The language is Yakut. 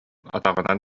атаҕынан